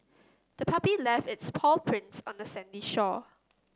the puppy left its paw prints on the sandy shore